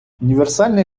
універсальний